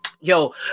yo